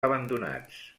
abandonats